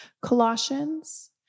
Colossians